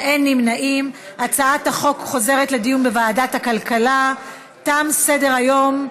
ההצעה להעביר לוועדת הכלכלה את הצעת חוק הגנת הצרכן (תיקון מס' 58)